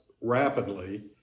rapidly